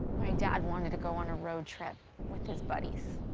i mean dad wanted to go on a road trip with his buddies.